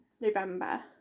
November